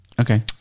Okay